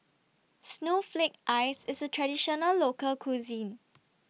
Snowflake Ice IS A Traditional Local Cuisine